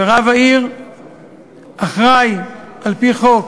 ורב העיר אחראי על-פי חוק